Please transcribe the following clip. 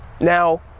now